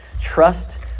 Trust